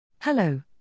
hello